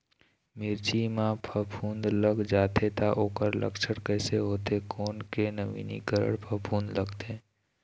मिर्ची मा फफूंद लग जाथे ता ओकर लक्षण कैसे होथे, कोन के नवीनीकरण फफूंद लगथे?